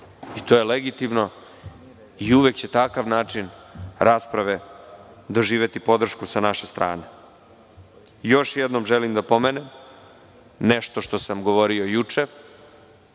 i to je legitimno i uvek će takav način rasprave doživeti podršku sa naše strane. Još jednom želim da pomenem nešto što sam govorio juče